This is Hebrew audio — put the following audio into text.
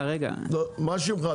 מה שמך?